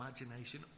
imagination